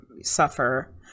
suffer